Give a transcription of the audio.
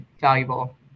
valuable